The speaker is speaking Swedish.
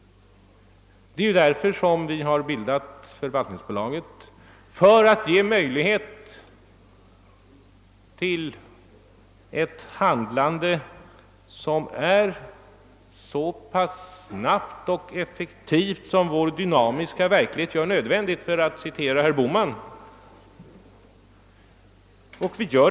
Det är därför vi bildar förvaltningsbolaget för att skapa utrymme för ett handlande som är så snabbt och effektivt som vår dynamiska verklighet gör nödvändigt, för att citera herr Bohman.